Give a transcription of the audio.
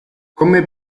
come